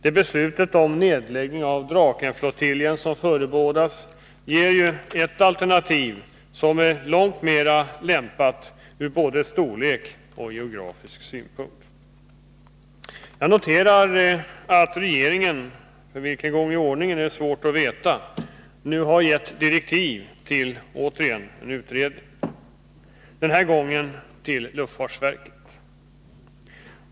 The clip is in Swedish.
Det beslut om nedläggning av Drakenflottiljen som förebådas ger ju ett alternativ som är långt mera lämpat ur både storlekssynpunkt och geografisk synpunkt. Jag noterar att regeringen — för vilken gång i ordningen är svårt att veta — återigen har gett direktiv till en utredning, denna gång till luftfartsverket.